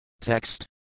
Text